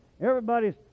everybody's